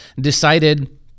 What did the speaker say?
decided